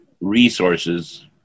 resources